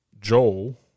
Joel